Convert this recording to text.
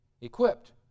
Equipped